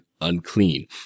unclean